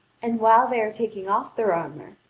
and while they are taking off their armour,